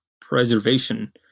preservation